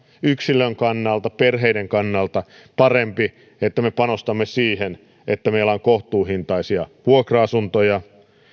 yksilön kannalta perheiden kannalta parempi että me panostamme siihen että meillä on kohtuuhintaisia vuokra asuntoja